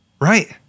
Right